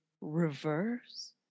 reverse